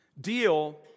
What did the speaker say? deal